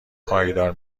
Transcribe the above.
پایدار